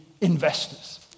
investors